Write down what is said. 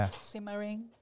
simmering